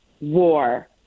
war